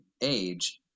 age